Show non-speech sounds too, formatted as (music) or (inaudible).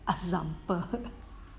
example (laughs)